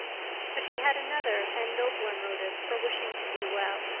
but she had another and nobler motive for wishing to do well.